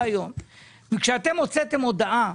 כשאתם הוצאתם הודעה,